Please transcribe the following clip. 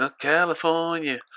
California